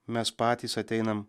mes patys ateinam